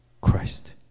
Christ